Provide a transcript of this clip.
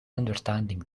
understanding